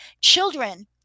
Children